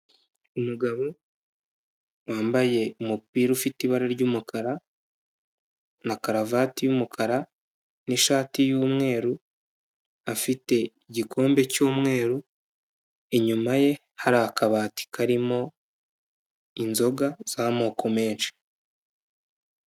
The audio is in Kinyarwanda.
Umugabo wambaye umupira ufite ibara ry'umukara na karavate y'umukara n'ishati y'umweru afite igikombe cy'umweru inyuma ye hari akabati karimo inzoga z'amoko menshi.